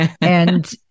and-